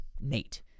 nate